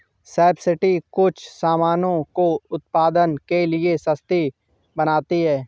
subsidy कुछ सामानों को उत्पादन के लिए सस्ती बनाती है